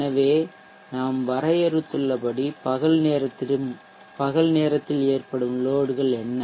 எனவே நாம் வரையறுத்துள்ளபடி பகல் நேரத்தில் ஏற்படும் லோட்கள் என்ன